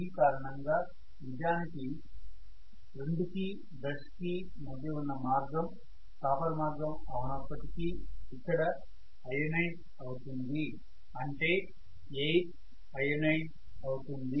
ఈ కారణంగా నిజానికి 2 కి బ్రష్ కి మధ్య ఉన్న మార్గం కాపర్ మార్గం అవనప్పటికీ ఇక్కడ అయోనైజ్ అవుతుంది అంటే ఎయిర్ అయోనైజ్ అవుతుంది